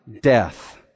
death